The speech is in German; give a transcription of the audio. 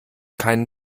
keinen